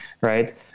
right